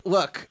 Look